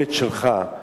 היכולת שלך,